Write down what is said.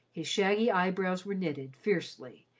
his shaggy eyebrows were knitted fiercely,